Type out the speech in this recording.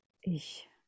ich